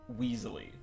weaselly